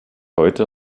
heute